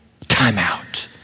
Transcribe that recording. timeout